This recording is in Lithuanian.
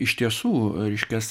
iš tiesų reiškias